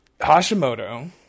Hashimoto